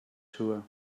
tour